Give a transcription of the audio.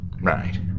Right